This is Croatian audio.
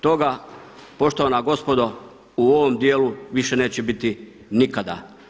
Toga poštovana gospodo u ovom dijelu više neće biti nikada.